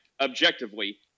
objectively